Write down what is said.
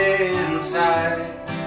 inside